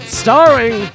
starring